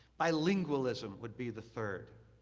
bilingualism would be the third.